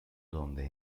donde